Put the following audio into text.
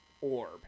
orb